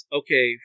okay